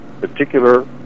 particular